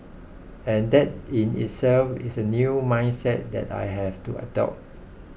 and that in itself is a new mindset that I have to adopt